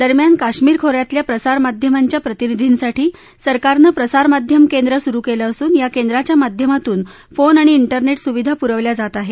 दरम्यान काश्मीर खोऱ्यातल्या प्रसारमाध्यमांच्या प्रतिनिधींसांठी सरकारनं प्रसारमाध्यम केंद्र सुरू केलं असून या केंद्राच्या माध्यमातून फोन आणि इंटरनेट सुविधा पुरवल्या जात आहेत